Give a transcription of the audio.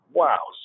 wow